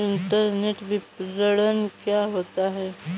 Internet विपणन क्या होता है?